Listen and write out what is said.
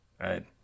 right